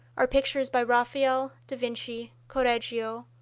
are pictures by raphael, da vinci, correggio,